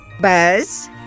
Buzz